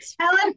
Helen